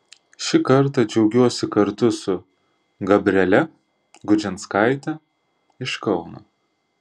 šį kartą džiaugiuosi kartu su gabriele gudžinskaite iš kauno